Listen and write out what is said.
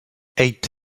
eight